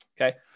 Okay